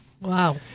Wow